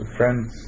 friends